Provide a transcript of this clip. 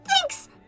Thanks